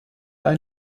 ein